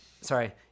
Sorry